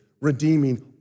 redeeming